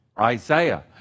Isaiah